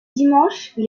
dimanches